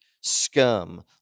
scum